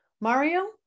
Mario